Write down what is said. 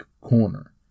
corner